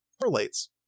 relates